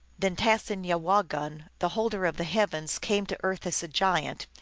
then tas-enyawa-gon, the holder of the heavens, came to earth as a giant,